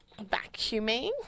vacuuming